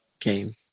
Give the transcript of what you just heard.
game